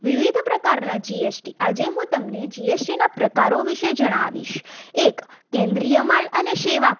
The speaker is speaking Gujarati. વિવિધ પ્રકારના જી એસ ટી આજે હું તમને જીએસટીના પ્રકારો વિશે જણાવીશ એક કેન્દ્રીય માલ અને સેવા કર